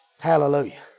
Hallelujah